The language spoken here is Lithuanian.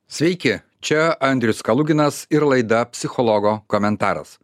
sveiki čia andrius kaluginas ir laida psichologo komentaras